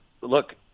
look